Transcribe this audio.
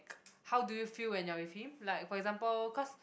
how do you feel when you're with him like for example cause